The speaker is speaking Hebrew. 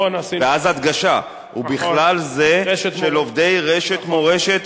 ואז הדגשה: ובכלל זה של עובדי רשת "מורשת"